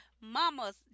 mamas